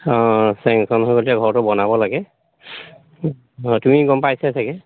অঁ চেংঞ্চন হৈ গতিকে ঘৰটো বনাব লাগে অঁ তুমি গম পাইছাই চাগে